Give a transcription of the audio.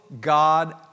God